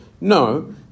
No